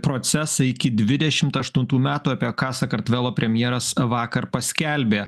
procesą iki dvidešimt aštuntų metų apie ką sakartvelo premjeras vakar paskelbė